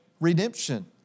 redemption